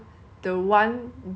so which one would you rather